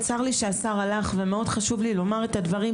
צר לי שהשר הלך ומאוד חשוב לי לומר את הדברים,